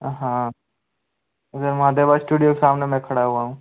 हाँ मैं महादेवा स्टूडियो सामने में खड़ा हुआ हूँ